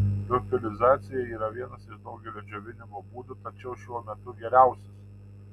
liofilizacija yra vienas iš daugelio džiovinimo būdų tačiau šiuo metu geriausias